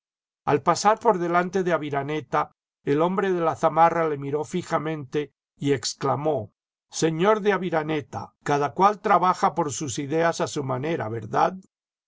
al pasar por delante de aviraneta el hombre de la zamarra le miró fijamente y exclamó señor de aviraneta cada cual trabaja por sus ideas a su manera verdad